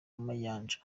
mayanja